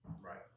Right